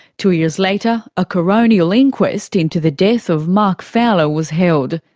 two years later, a coronial inquest into the death of mark fowler was held.